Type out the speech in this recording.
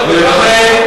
כמה מיליונים?